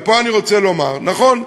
ופה אני רוצה לומר: נכון,